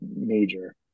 major